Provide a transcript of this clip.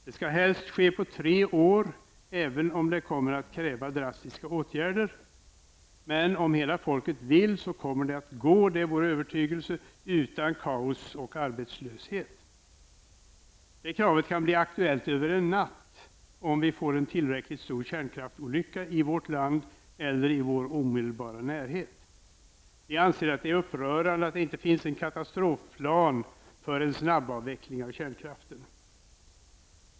Det skall helst ske på tre år, även om det kommer att kräva drastiska åtgärder. Men om hela folket vill så kommer det att gå, det är vår övertygelse, utan kaos och arbetslöshet. Det kravet kan bli aktuellt över en natt, om vi får en tillräcklig stor kärnkraftsolycka i vårt land eller i vår omedelbara närhet. Vi anser det upprörande att det inte finns en katastrofplan för snabbavveckling av kärnkraften.